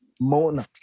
mona